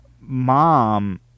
mom –